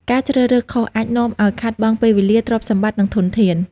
ការជ្រើសរើសខុស អាចនាំឱ្យខាតបង់ពេលវេលា ទ្រព្យសម្បត្តិ និងធនធាន។